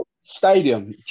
stadium